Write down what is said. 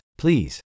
please